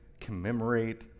commemorate